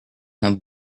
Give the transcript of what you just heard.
her